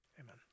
Amen